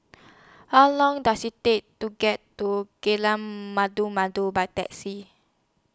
How Long Does IT Take to get to Jalan Malu Malu By Taxi